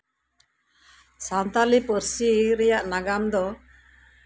ᱥᱟᱱᱛᱟᱞᱤ ᱯᱟᱹᱨᱥᱤ ᱨᱮᱭᱟᱜ ᱱᱟᱜᱟᱢ ᱫᱚ